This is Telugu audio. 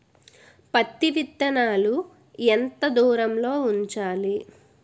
పత్తి విత్తనాలు ఎంత దూరంలో ఉంచాలి?